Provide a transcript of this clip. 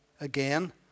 again